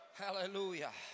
hallelujah